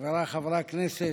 חבריי חברי הכנסת,